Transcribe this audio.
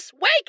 wake